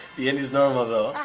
the ending's normal, though.